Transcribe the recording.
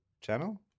channel